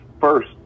first